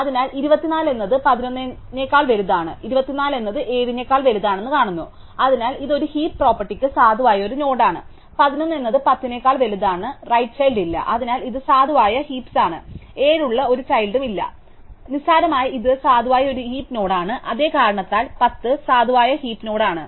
അതിനാൽ 24 എന്നത് 11 നെക്കാൾ വലുതാണ് 24 എന്നത് 7 നെക്കാൾ വലുതാണെന്ന് ഞങ്ങൾ കാണുന്നു അതിനാൽ ഇത് ഒരു ഹീപ്പ് പ്രോപ്പർട്ടിക്ക് സാധുവായ ഒരു നോഡാണ് 11 എന്നത് 10 നേക്കാൾ വലുതാണ് റൈറ്റ് ചൈൽഡ് ഇല്ല അതിനാൽ ഇത് സാധുവായ ഹീപ്സാണ് 7 ഉള്ള ഒരു ചൈൽഡും ഇല്ലാ അതിനാൽ നിസ്സാരമായി ഇത് സാധുവായ ഒരു ഹീപ്പ് നോഡാണ് അതേ കാരണത്താൽ 10 സാധുവായ ഹീപ്പ് നോഡാണ്